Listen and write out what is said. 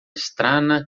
strana